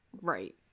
right